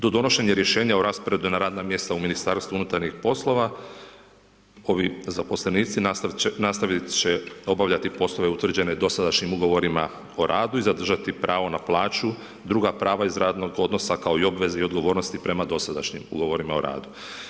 Do donošenje rješenja o rasporedu na radna mjesta u Ministarstvu unutarnjih poslova, ovi zaposlenici nastaviti će obavljati poslove utvrđene dosadašnjim ugovorima o radu i zadržati pravo na plaću, druga prava iz radnog odnosa, kao i obvezu i odgovornosti prema dosadašnjim ugovorima o radu.